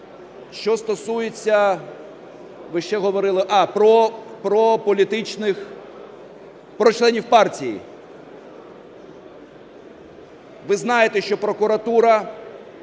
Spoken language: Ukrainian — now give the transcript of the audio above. Що стосується, ви ще говорили, а про політичних... про членів партій, ви знаєте, що прокуратура